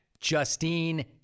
Justine